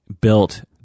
built